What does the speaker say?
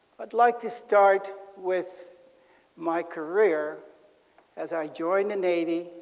would like to start with my career as i joined the navy.